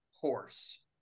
horse